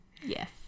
Yes